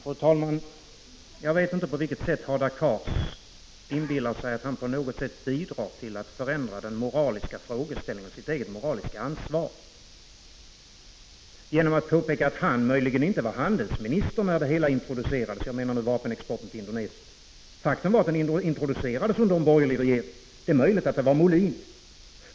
Fru talman! Jag vet inte på vilket sätt Hadar Cars inbillar sig att han bidrar till att förändra den moraliska frågeställningen och sitt eget moraliska ansvar genom att påpeka att han möjligen inte var handelsminister när vapenexporten till Indonesien introducerades. Faktum var att den infördes under en borgerlig regering. Det är möjligt att det var Molin som var handelsminister.